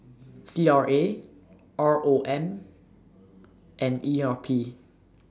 C R A R O M and E R P